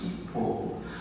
people